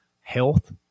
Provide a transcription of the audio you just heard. health